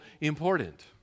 important